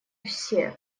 всё